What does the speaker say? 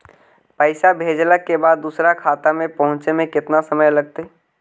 पैसा भेजला के बाद दुसर के खाता में पहुँचे में केतना समय लगतइ?